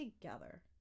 together